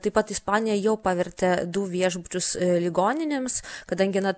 taip pat ispanija jau pavertė du viešbučius ligoninėms kadangi na